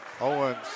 Owens